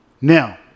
Now